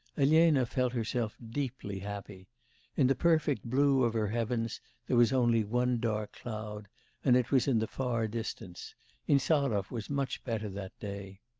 elena felt herself deeply happy in the perfect blue of her heavens there was only one dark cloud and it was in the far distance insarov was much better that day.